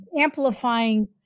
amplifying